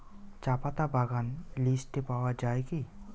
চাপাতা বাগান লিস্টে পাওয়া যায় কি?